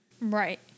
right